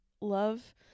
love